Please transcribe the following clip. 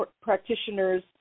practitioners